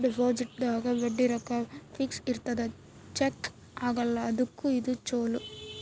fix deposit ದಾಗ ಬಡ್ಡಿ ರೊಕ್ಕ ಫಿಕ್ಸ್ ಇರ್ತದ ಚೇಂಜ್ ಆಗಲ್ಲ ಅದುಕ್ಕ ಇದು ಚೊಲೊ